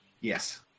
Yes